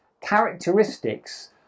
characteristics